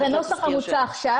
לגבי הנוסח המוצע עכשיו,